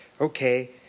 Okay